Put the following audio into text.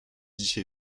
dzisiaj